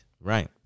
Right